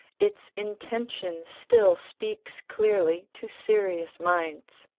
its intention still speaks clearly to serious minds.